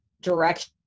direction